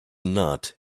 not